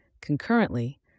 Concurrently